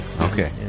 Okay